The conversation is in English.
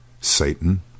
Satan